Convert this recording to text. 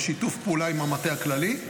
בשיתוף פעולה עם המטה הכללי,